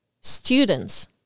students